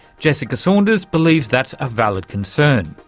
jessica saunders believes that's a valid concern.